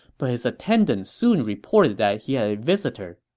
but his attendant soon reported that he had a visitor.